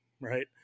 Right